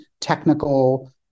technical